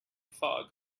fog